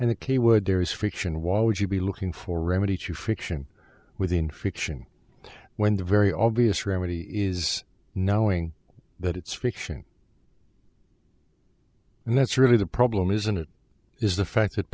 the key word there is fiction why would you be looking for a remedy to fiction within fiction when the very obvious remedy is knowing that it's fiction and that's really the problem isn't it is the fact that